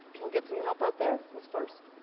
we'll get some help out there. who's first?